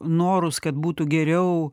norus kad būtų geriau